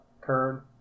Kern